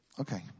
Okay